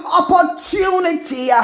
opportunity